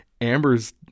Amber's